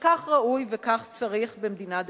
וכך ראוי וכך צריך במדינה דמוקרטית.